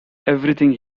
everything